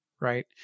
right